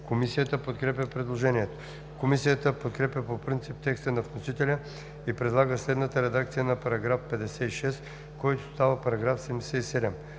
Комисията подкрепя предложението. Комисията подкрепя по принцип текста па вносителя и предлага следната редакция на § 56, който става § 77: „§ 77.